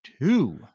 two